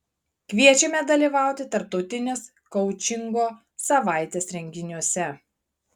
kviečiame dalyvauti tarptautinės koučingo savaitės renginiuose